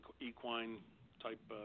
equine-type